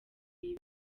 iyi